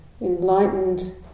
enlightened